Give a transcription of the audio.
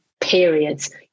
periods